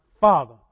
father